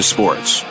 Sports